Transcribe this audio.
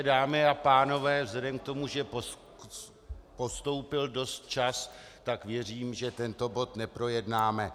Dámy a pánové, vzhledem k tomu, že postoupil dost čas, tak věřím, že tento bod neprojednáme.